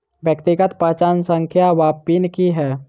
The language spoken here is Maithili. व्यक्तिगत पहचान संख्या वा पिन की है?